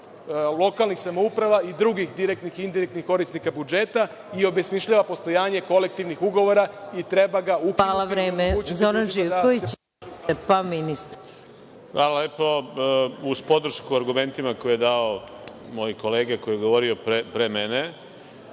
lokalnih samouprava i drugih direktnih i indirektnih korisnika budžeta i obesmišljava postojanje kolektivnih ugovora i treba ga ukinuti. **Maja Gojković** Reč ima Zoran Živković, pa ministar. **Zoran Živković** Uz podršku argumentima koje je dao moj kolega koji je govorio pre mene,